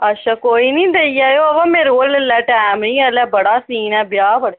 अच्छा देई जायो पर मेरे कोल इसलै टैम निं ऐ ते ब्याह् बड़े न